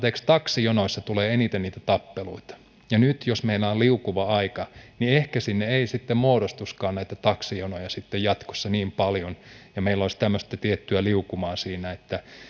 taksijonoissa tulee eniten niitä tappeluita ja nyt jos meillä on liukuva aika ehkä sinne ei sitten muodostuisikaan näitä taksijonoja jatkossa niin paljon ja meillä olisi tämmöistä tiettyä liukumaa siinä